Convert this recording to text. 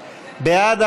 בעד?